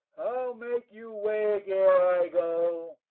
make you wake ere i go.